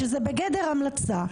שזה בגדר המלצה,